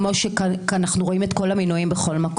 כמו כל המינויים שאנחנו רואים בכל מקום.